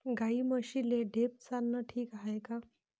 गाई म्हशीले ढेप चारनं ठीक हाये का?